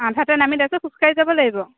আধাতে নামি তাৰ পিছত খোজকাঢ়ি যাব লাগিব